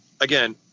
again